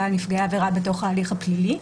על נפגעי עבירה בתוך ההליך הפלילי.